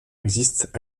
existent